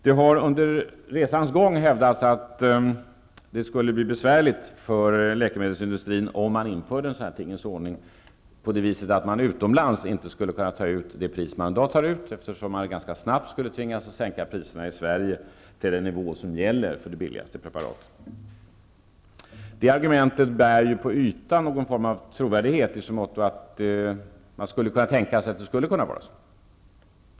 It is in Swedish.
Det har under resans gång hävdats att det skulle bli besvärligt för läkemedelsindustrin om en sådan tingens ordning infördes, då man utomlands inte skulle kunna ta ut det pris som man tar ut, eftersom man ganska snabbt skulle tvingas sänka priserna i Sverige till den nivå som gäller för det billigaste preparatet. Det argumentet bär ju på ytan någon form av trovärdighet i så måtto att man skulle kunna tänka sig att det skulle kunna vara så.